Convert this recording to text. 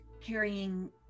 carrying